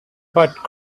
but